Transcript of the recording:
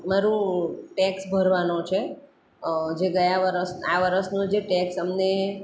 મારું ટેક્સ ભરવાનો છે જે ગયા વરસ આ વરસનો જે ટેક્સ અમને